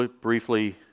briefly